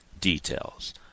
details